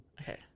Okay